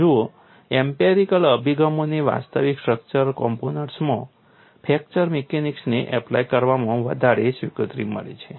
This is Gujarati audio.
જુઓ એમ્પિરિકલ અભિગમોને વાસ્તવિક સ્ટ્રક્ચરલ કોમ્પોનન્ટ્સમાં ફ્રેક્ચર મિકેનિક્સને એપ્લાય કરવામાં વધારે સ્વીકૃતિ મળી છે